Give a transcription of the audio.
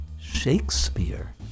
Shakespeare